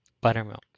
Buttermilk